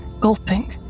gulping